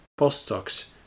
postdocs